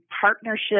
partnership